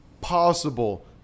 possible